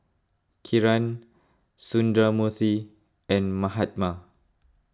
Kiran Sundramoorthy and Mahatma